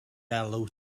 alw